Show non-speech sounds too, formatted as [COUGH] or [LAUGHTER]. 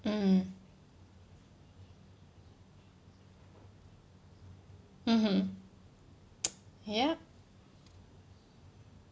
mm mmhmm [NOISE] yup